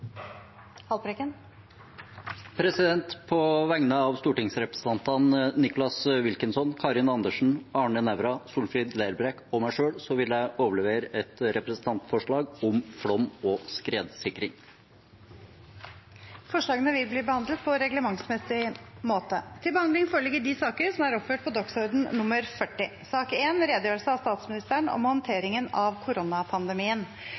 På vegne av stortingsrepresentantene Nicholas Wilkinson, Karin Andersen, Arne Nævra, Solfrid Lerbrekk og meg selv vil jeg overlevere et representantforslag om flom- og skredsikring. Forslagene vil bli behandlet på reglementsmessig måte. Før statsministeren får ordet, vil presidenten opplyse om at det vil åpnes for en kommentarrunde etter at både statsministeren